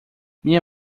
minha